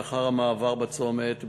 לאחר המעבר בצומת,